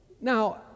Now